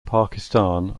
pakistan